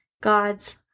God's